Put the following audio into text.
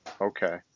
Okay